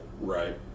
right